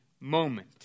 moment